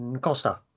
Costa